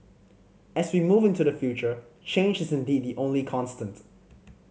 as we move into the future change is indeed the only constant